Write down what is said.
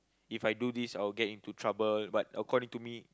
If I do this I'll get into trouble but according to me